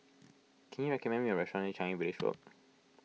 can you recommend me a restaurant near Changi Village Road